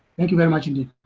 thank you very much indeed.